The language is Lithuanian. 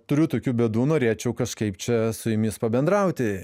turiu tokių bėdų norėčiau kažkaip čia su jumis pabendrauti